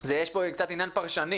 שיש כאן עניין פרשני